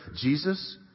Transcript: Jesus